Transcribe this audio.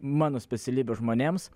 mano specialybės žmonėms